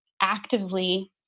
actively